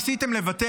ניסיתם לבטל,